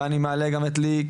ואני מעלה גם את אילי,